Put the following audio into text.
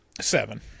seven